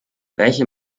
welche